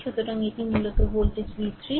সুতরাং এটি মূলত ভোল্টেজ V 3